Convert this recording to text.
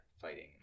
fighting